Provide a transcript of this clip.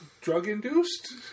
Drug-induced